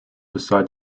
beside